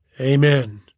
Amen